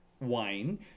wine